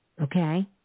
Okay